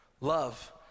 Love